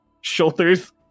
shoulders